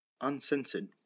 Uncensored